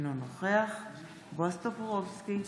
אינו נוכח בועז טופורובסקי,